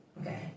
okay